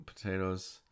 potatoes